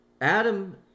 adam